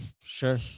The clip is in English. sure